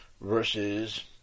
versus